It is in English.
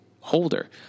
holder